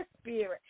spirit